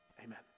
Amen